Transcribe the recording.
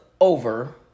over